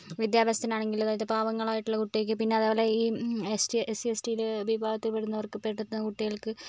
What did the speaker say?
വിദ്യാഭ്യാസത്തിനാണെങ്കിൽ അതായത് പാവങ്ങളായിട്ടുള്ള കുട്ടിക്ക് പിന്നെ അതേപോലെ ഈ എസ്ടി എസ്സി എസ്ടില് വിഭാഗത്തിൽ പെടുന്നവർക്ക് പെടുന്ന കുട്ടികൾക്ക്